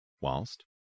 whilst